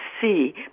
see